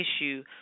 issue